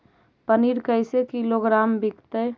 पनिर कैसे किलोग्राम विकतै?